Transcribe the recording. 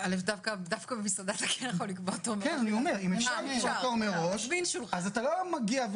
אז אתה לא מגיע,